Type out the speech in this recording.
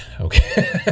Okay